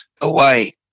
away